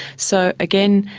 so again,